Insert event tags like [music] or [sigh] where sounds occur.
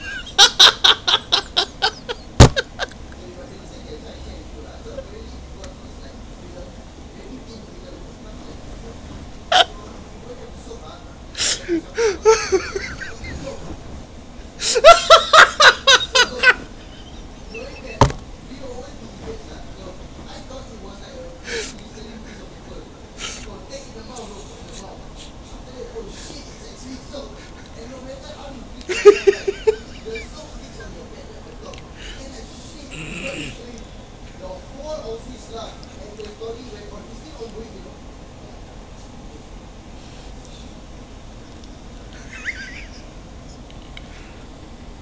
[laughs] [breath] [laughs]